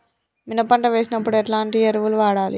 మినప పంట వేసినప్పుడు ఎలాంటి ఎరువులు వాడాలి?